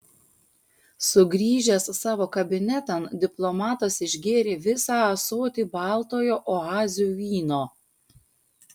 sugrįžęs savo kabinetan diplomatas išgėrė visą ąsotį baltojo oazių vyno